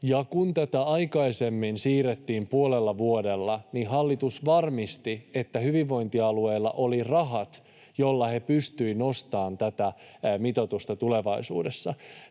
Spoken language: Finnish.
kun tätä aikaisemmin siirrettiin puolella vuodella, hallitus varmisti, että hyvinvointialueilla oli rahat, joilla he pystyivät nostamaan tätä mitoitusta tulevaisuudessa.